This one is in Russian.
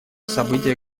событие